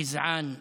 גזען דני.